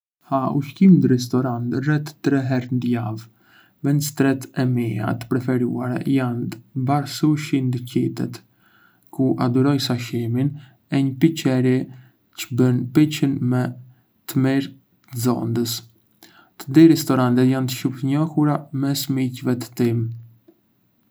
Ha ushqim ndë restorante rreth tre herë ndë javë. Vendstretë e mia të preferuara jandë një bar sushi ndë qytet, ku adhuroj sashimin, e një piceri që bën picën më të mirë të zondës. Të dy restorantet jandë shumë të njohura mes miqve të time.